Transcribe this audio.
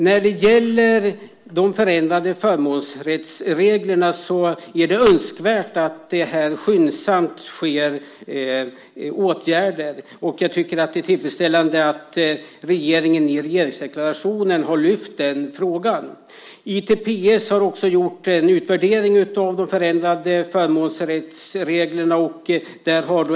När det gäller de förändrade förmånsrättsreglerna är det önskvärt att det skyndsamt vidtas åtgärder. Jag tycker att det är tillfredsställande att regeringen i regeringsdeklarationen har lyft fram denna fråga. ITPS har också gjort en utvärdering av de förändrade förmånsrättsreglerna.